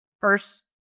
first